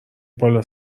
بالا